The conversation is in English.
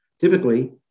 Typically